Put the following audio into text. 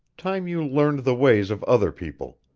time you learned the ways of other people.